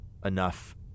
enough